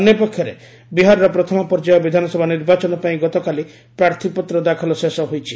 ଅନ୍ୟପକ୍ଷରେ ବିହାରର ପ୍ରଥମ ପର୍ଯ୍ୟାୟ ବିଧାନସଭା ନିର୍ବାଚନ ପାଇଁ ଗତକାଲି ପ୍ରାର୍ଥୀପତ୍ର ଦାଖଲ ଶେଷ ହୋଇଛି